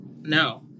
no